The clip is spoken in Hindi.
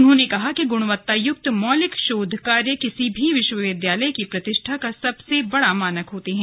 उन्होंने कहा कि ग्णवत्तायुक्त मौलिक शोध कार्य किसी भी विश्वविद्यालय की प्रतिष्ठा का सबसे बड़ा मानक होते हैं